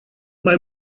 mai